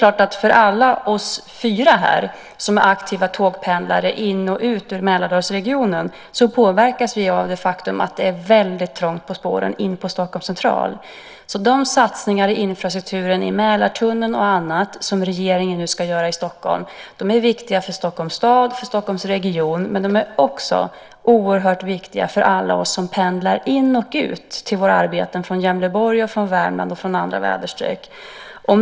Alla vi fyra här som är aktiva tågpendlare in till och ut ur Mälardalsregionen påverkas av det faktum att det är väldigt trångt på spåren in till Stockholms central. De satsningar i infrastrukturen i Mälartunneln och annat som regeringen nu ska göra i Stockholm är viktiga för Stockholms stad och för Stockholmsregionen, men de är också oerhört viktiga för alla oss som pendlar till och från våra arbeten från Gävleborg, från Värmland och från andra väderstreck.